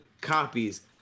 copies